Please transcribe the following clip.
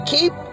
Keep